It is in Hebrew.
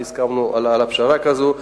והסכמנו על הפשרה הזאת,